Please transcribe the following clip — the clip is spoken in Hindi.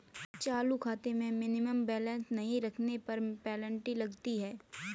चालू खाते में मिनिमम बैलेंस नहीं रखने पर पेनल्टी लगती है